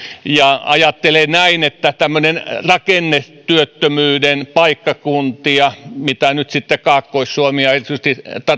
ajattelen näin että tämmöisillä rakennetyöttömyyden paikkakunnilla mitä nyt kaakkois suomi ja erityisesti